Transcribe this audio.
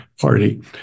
party